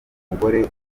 umugore